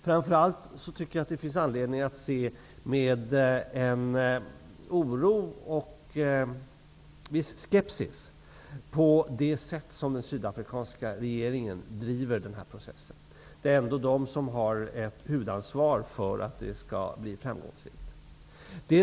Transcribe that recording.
Framför allt finns det anledning att se med oro och viss skepsis på hur den sydafrikanska regeringen driver den här processen; det är ändå regeringen som har huvudansvaret för att den skall bli framgångsrik.